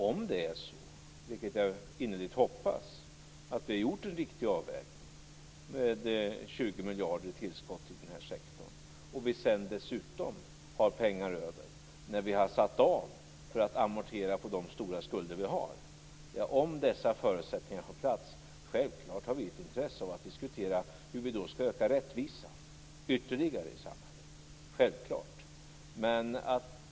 Om vi har gjort en riktig avvägning, vilket jag innerligt hoppas, med 20 miljarder i tillskott till den här sektorn, och vi dessutom har pengar över när vi har gjort avsättningar för att amortera på de stora skulder vi har är vi naturligtvis intresserade av att diskutera hur vi skall öka rättvisan ytterligare i samhället. Självklart är vi det om dessa förutsättningar får plats.